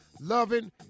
loving